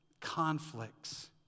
conflicts